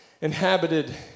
inhabited